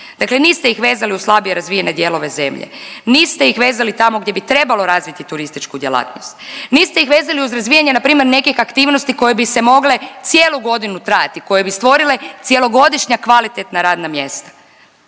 Dakle niste ih vezali uz slabije razvijene dijelove zemlje, niste ih vezali tamo gdje bi trebalo razviti turističku djelatnost, niste ih vezali uz razvijanje npr. nekih aktivnosti koje bi se mogle cijelu godinu trajati, koje bi stvorile cjelogodišnja kvalitetna radna mjesta.